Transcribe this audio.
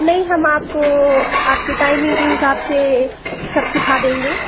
नहीं हम आपको आपके टाइमिंग के हिसाब से सब सिखा देंगे